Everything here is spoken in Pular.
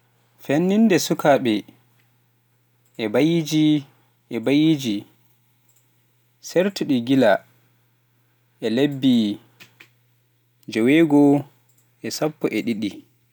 Feññinde sukaaɓe e mbaydiiji e mbaydiiji ceertuɗi gila e lebbi jeewego yari sappo e didi